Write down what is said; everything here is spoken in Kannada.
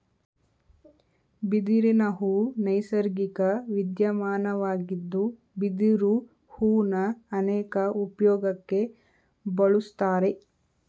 ಬಿದಿರಿನಹೂ ನೈಸರ್ಗಿಕ ವಿದ್ಯಮಾನವಾಗಿದ್ದು ಬಿದಿರು ಹೂನ ಅನೇಕ ಉಪ್ಯೋಗಕ್ಕೆ ಬಳುಸ್ತಾರೆ